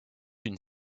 une